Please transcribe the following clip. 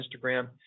Instagram